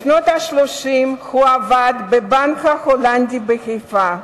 בשנות ה-30 הוא עבד בבנק הולנדי בחיפה.